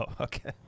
okay